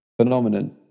phenomenon